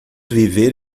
viver